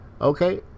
Okay